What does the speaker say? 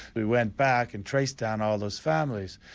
we went back and traced down all those families.